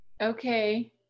Okay